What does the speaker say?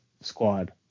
squad